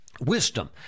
wisdom